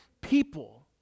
people